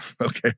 okay